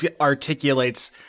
articulates